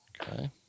Okay